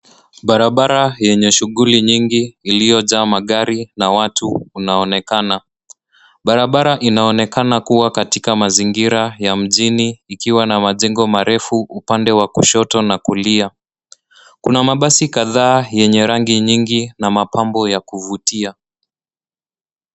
Barabara yenye shughuli nyingi iliyojaa magari na watu unaonekana. Barabara inaonekana kuwa katika mazingira ya mjini ikiwa na majengo marefu upande wa kushoto na kulia. Kuna mabasi kadhaa yenye rangi nyingi na mapambo ya kuvutia.